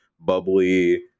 bubbly